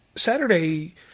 Saturday